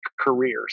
careers